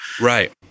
Right